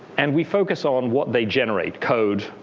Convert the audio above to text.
and we focus on what they generate, code,